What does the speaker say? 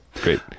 Great